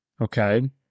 okay